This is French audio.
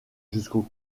jusqu’au